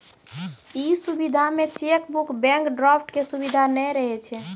इ सुविधा मे चेकबुक, बैंक ड्राफ्ट के सुविधा नै रहै छै